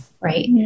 right